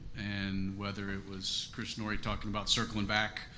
and whether it was chris norrie talking about circling back,